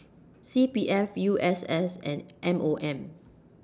C P F U S S and M O M